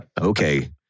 okay